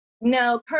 No